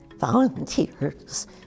volunteers